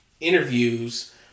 interviews